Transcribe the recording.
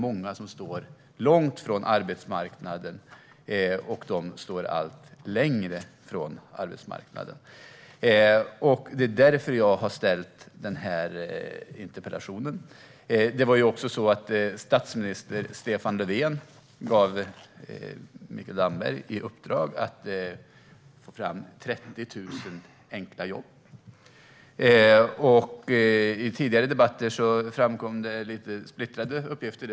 Många står långt från arbetsmarknaden, och de står allt längre från den. Därför har jag ställt denna interpellation. Statminister Stefan Löfven har gett Mikael Damberg i uppdrag att få fram 30 000 enkla jobb. I tidigare debatter har det kommit splittrade uppgifter.